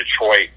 Detroit